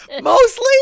Mostly